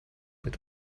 with